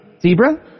Zebra